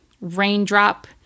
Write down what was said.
raindrop